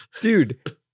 Dude